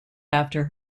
after